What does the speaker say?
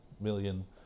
million